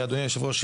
אדוני יושב הראש,